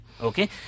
Okay